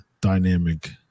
dynamic